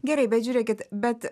gerai bet žiūrėkit bet